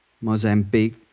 Mozambique